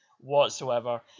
whatsoever